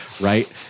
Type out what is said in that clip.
right